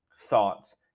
thoughts